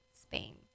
Spain